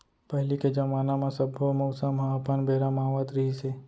पहिली के जमाना म सब्बो मउसम ह अपन बेरा म आवत रिहिस हे